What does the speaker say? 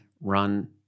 run